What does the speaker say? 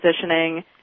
positioning